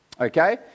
Okay